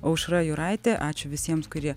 aušra juraitė ačiū visiems kurie